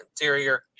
interior